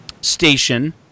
station